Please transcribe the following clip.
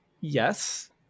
yes